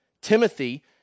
Timothy